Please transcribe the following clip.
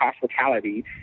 hospitality